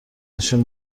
بشین